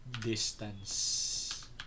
Distance